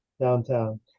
downtown